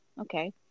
okay